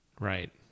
right